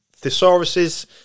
thesauruses